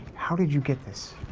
how did you get this?